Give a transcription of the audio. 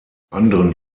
anderen